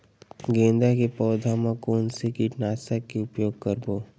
गेंदा के पौधा म कोन से कीटनाशक के उपयोग करबो?